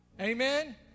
Amen